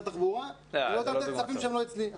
התחבורה אני לא יכול לתת כספים שהם לא אצלי.